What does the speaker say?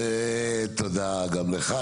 תודה גם לך.